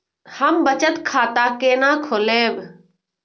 हम बचत खाता केना खोलैब?